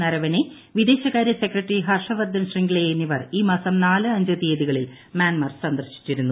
നരവനെ വിദേശകാര്യ സെക്രട്ടറി ഹർഷവർദ്ധൻ ശൃംഗ്ളെ എന്നിവർ ഈ മാസം നാല് അഞ്ച് തീയതികളിൽ മ്യാൻമർ സന്ദർശിച്ചിരുന്നു